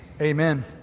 Amen